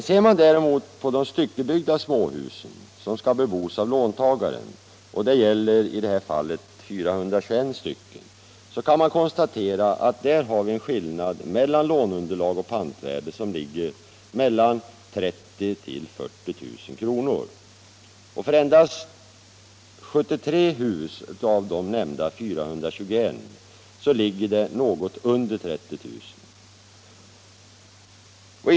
å Ser man däremot på styckebyggda småhus som skall bebos av låntagaren — det gäller i det här fallet 421 stycken — kan man konstatera att det finns skillnad mellan låneunderlag och pantvärde på mellan 30 000 kr. och 40 000 kr. För endast 73 hus av de nämnda 421 ligger den något under 30 000 kr.